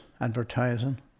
advertising